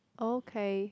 okay